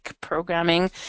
programming